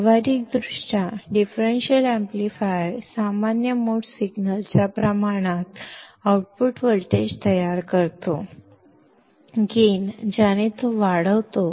ಪ್ರಾಯೋಗಿಕವಾಗಿ differential amplifier common mode ಸಿಗ್ನಲ್ಗೆ ಅನುಗುಣವಾಗಿ ಔಟ್ಪುಟ್ ವೋಲ್ಟೇಜ್ ಅನ್ನು ನೀಡುತ್ತದೆ